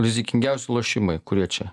rizikingiausi lošimai kurie čia